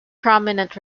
prominent